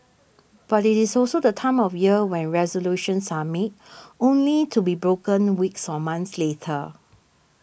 but it is also the time of year when resolutions are made only to be broken weeks or months later